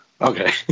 Okay